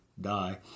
die